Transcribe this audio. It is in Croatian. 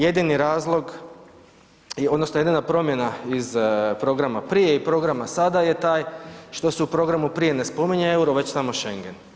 Jedini razlog odnosno jedina promjena iz programa prije i programa sada je taj što se u programu prije ne spominje EUR-o već samo Schengen.